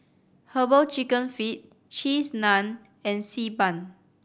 Herbal Chicken Feet Cheese Naan and Xi Ban